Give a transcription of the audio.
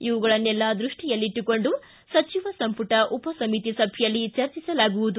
ಇವುಗಳನೆಲ್ಲಾ ದೃಷ್ಟಿಯಲ್ಲಿಟ್ಟುಕೊಂಡು ಸಚಿವ ಸಂಪುಟ ಉಪ ಸಮಿತಿ ಸಭೆಯಲ್ಲಿ ಚರ್ಚಿಸಲಾಗುವುದು